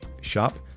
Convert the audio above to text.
shop